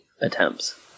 attempts